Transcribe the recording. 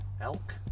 elk